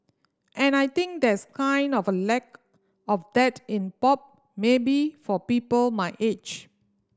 and I think there's kind of a lack of that in pop maybe for people my age